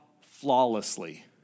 flawlessly